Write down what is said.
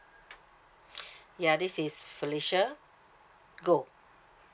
ya this is felicia goh